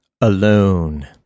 alone